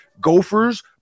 gophers